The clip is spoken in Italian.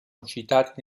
citati